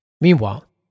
Meanwhile